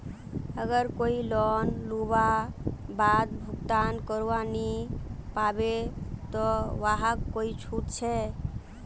अगर कोई लोन लुबार बाद भुगतान करवा नी पाबे ते वहाक कोई छुट छे?